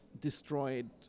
destroyed